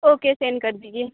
okay send کر دیجیے